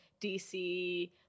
DC